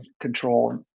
control